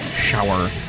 Shower